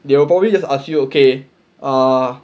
they will probably just ask you okay ah